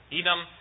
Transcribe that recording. Edom